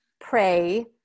pray